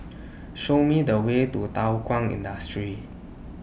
Show Me The Way to Thow Kwang Industry